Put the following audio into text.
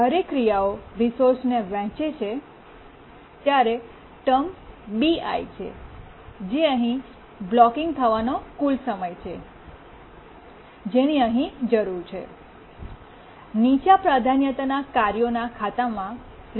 જ્યારે ક્રિયાઓ રિસોર્સને વહેંચે છે ત્યારે ટર્મ bi જે અહીં બ્લૉકિંગ થવાનો કુલ સમય છે જેની અહીં જરૂર છે અને નીચા પ્રાધાન્યતાનાં કાર્યોના ખાતામાં રિસોર્સ માટે પણ bi છે